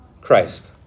Christ